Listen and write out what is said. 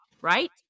right